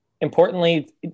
Importantly